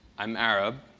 i'm arab.